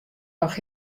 noch